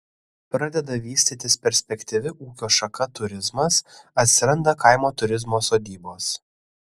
pradeda vystytis perspektyvi ūkio šaka turizmas atsiranda kaimo turizmo sodybos